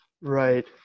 right